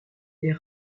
est